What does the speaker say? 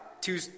two